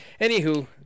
anywho